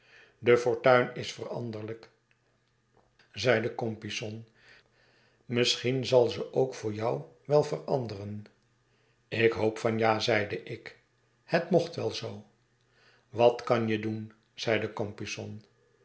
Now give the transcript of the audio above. de fortuin is veranderlijk zeide compeyson misschien zal ze ook voor jou wel veranderen ik hoop van ja zeide ik het mocht wel zoo wat kan je doen zeide